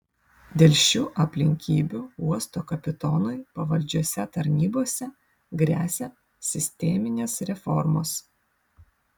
dėl šių aplinkybių uosto kapitonui pavaldžiose tarnybose gresia sisteminės reformos